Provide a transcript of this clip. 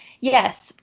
yes